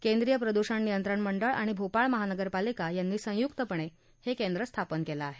केंद्रीय प्रदृषण नियंत्रण मंडळ आणि भोपाळ महानगरपालिका यांनी संयुक्तपणे हे केंद्र स्थापन केलं आहे